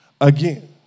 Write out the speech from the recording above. again